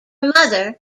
mother